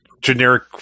generic